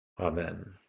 Amen